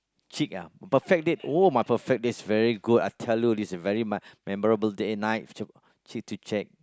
cheek ah perfect date oh my perfect date is very good I tell you it's very my memorable day at night cheek to check